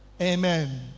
Amen